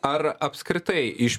ar apskritai iš